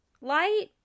light